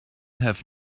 have